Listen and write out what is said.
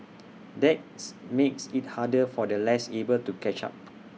that's makes IT harder for the less able to catch up